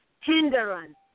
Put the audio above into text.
hindrance